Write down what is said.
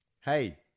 Hey